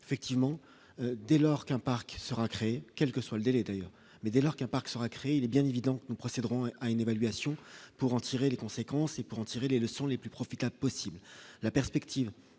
effectivement dès lors qu'un parc sera créé, quel que soit le délai d'ailleurs, mais dès lors qu'un parc sera créé, il est bien évident que nous procéderons à une évaluation pour en tirer les conséquences et pour en tirer les leçons, les plus profitables possible